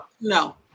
no